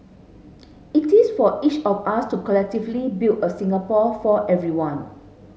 it is for each of us to collectively build a Singapore for everyone